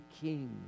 king